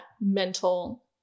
mental